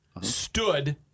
stood